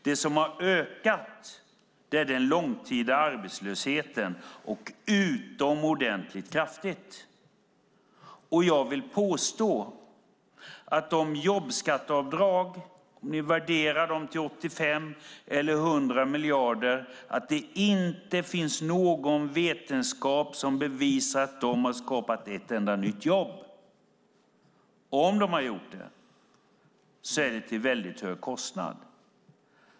Det som har ökat utomordentligt kraftigt är den långtida arbetslösheten. Jag vill påstå att det inte finns någon vetenskap som bevisar att de jobbskatteavdrag som ni värderar till 85-100 miljarder har skapat ett enda nytt jobb, och om de har gjort det så är det till en väldigt hög kostnad.